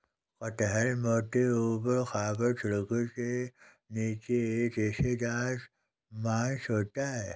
कटहल मोटे, ऊबड़ खाबड़ छिलके के नीचे एक रेशेदार मांस होता है